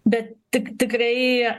bet tik tikrai